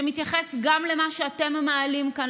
שמתייחס גם למה שאתם מעלים כאן,